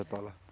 ah maila